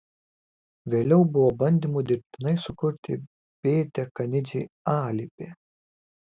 vėliau buvo bandymų dirbtinai sukurti b dekanidzei alibi